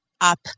up